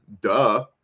Duh